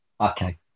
okay